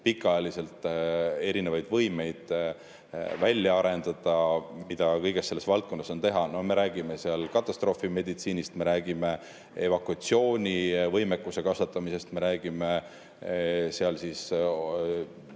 pikaajaliselt erinevaid võimeid välja arendada, mida kogu selles valdkonnas on vaja teha. Me räägime katastroofimeditsiinist, me räägime evakuatsioonivõimekuse kasvatamisest, me räägime sireenidest,